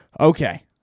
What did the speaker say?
Okay